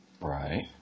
Right